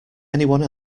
anyone